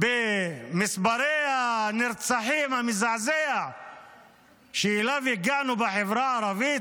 במספר הנרצחים המזעזע שאליו הגענו בחברה הערבית,